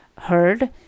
heard